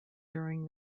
during